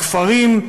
בכפרים,